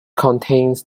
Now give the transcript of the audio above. contains